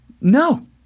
No